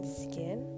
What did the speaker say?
skin